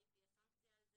האם תהיה סנקציה על זה.